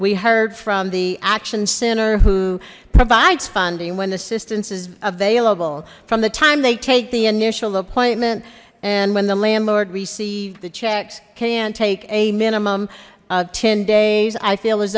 we heard from the action center who provides funding when assistance is available from the time they take the initial appointment and when the landlord received the checks can take a minimum of ten days i feel as